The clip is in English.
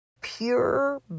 Pure